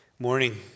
Morning